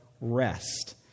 rest